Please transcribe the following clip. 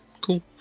cool